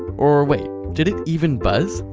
or wait. did it even buzz?